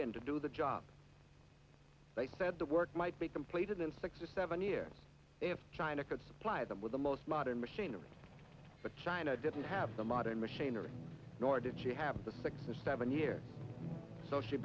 in to do the job they said the work might be completed in six or seven years if china could supply them with the most modern machinery but china didn't have the modern machinery nor did she have the six or seven year so she